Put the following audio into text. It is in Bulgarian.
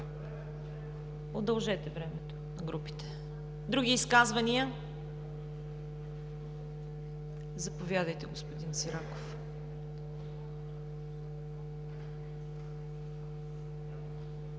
Удължете времето на групите. Реплики? Други изказвания? Заповядайте, господин Сираков.